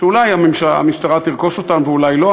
שאולי המשטרה תרכוש אותן ואולי לא,